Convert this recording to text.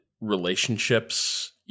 relationships